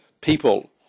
people